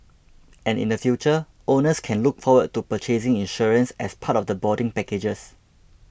and in the future owners can look forward to purchasing insurance as part of the boarding packages